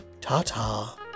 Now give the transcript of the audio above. Ta-ta